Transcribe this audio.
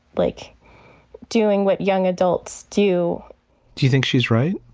like doing what young adults do. do you think she's right?